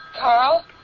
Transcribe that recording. Carl